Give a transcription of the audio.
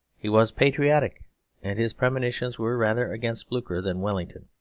he was patriotic and his premonitions were rather against blucher than wellington.